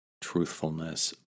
truthfulness